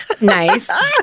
nice